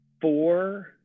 four